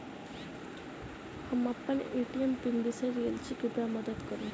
हम अप्पन ATM pin बिसरि गेल छी कृपया मददि करू